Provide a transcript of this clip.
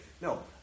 no